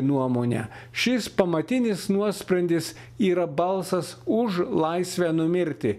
nuomone šis pamatinis nuosprendis yra balsas už laisvę numirti